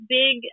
big